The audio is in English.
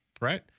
right